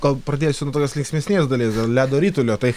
gal pradėsiu nuo tokios linksmesnės dalies dėl ledo ritulio tai